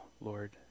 Lord